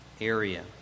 area